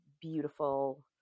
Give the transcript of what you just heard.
beautiful